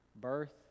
birth